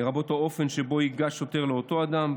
לרבות האופן שבו ייגש שוטר לאותו אדם,